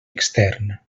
extern